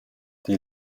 die